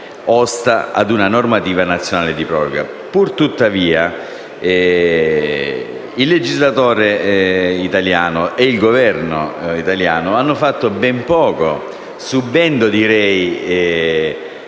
ostare a una normativa nazionale di proroga. Pur tuttavia, il legislatore e il Governo italiani hanno fatto ben poco, subendo tutto